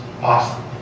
awesome